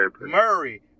Murray